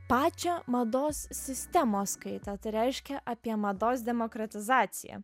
pačią mados sistemos kaitą tai reiškia apie mados demokratizaciją